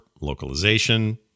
localization